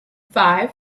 five